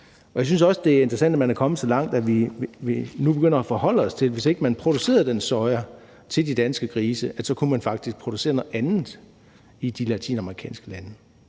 Jeg synes også, det interessant, at vi er kommet så langt, at vi nu begynder at forholde os til, at hvis ikke man producerede den soja til de danske grise, kunne man faktisk producere noget andet i de latinamerikanske lande.